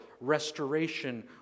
restoration